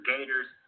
Gators